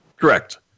Correct